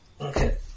Okay